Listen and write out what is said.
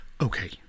Okay